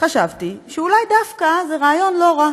חשבתי שאולי דווקא זה רעיון לא רע.